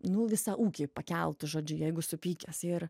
nu visą ūkį pakeltų žodžiu jeigu supykęs ir